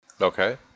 Okay